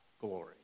glory